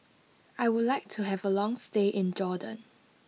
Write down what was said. I would like to have a long stay in Jordan